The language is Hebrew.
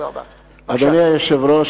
אדוני היושב-ראש,